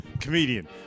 comedian